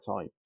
time